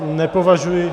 Nepovažuji...